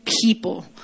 people